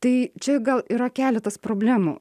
tai čia gal yra keletas problemų